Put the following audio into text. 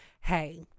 hey